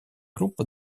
группа